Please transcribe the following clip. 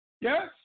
Yes